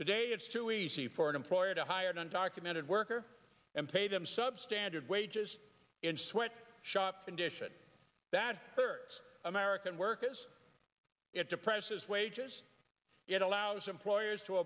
today it's too easy for an employer to hire an undocumented worker and pay them substandard wages in sweat shops and dishes that hurts american workers it to presses wages it allows employers to